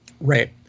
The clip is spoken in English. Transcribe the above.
Right